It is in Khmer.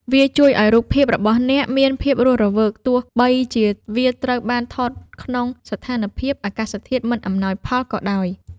វាជួយឱ្យរូបភាពរបស់អ្នកមានភាពរស់រវើកទោះបីជាវាត្រូវបានថតក្នុងស្ថានភាពអាកាសធាតុមិនអំណោយផលក៏ដោយ។